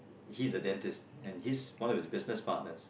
he's a dentist and he's one of his business partners